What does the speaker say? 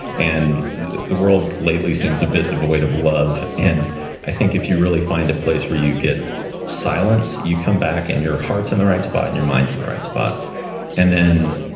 the world lately seems a bit devoid of love, and i think if you really find a place where you get silence you come back and your heart's in the right spot, and your mind's in the right spot and then.